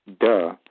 duh